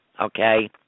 Okay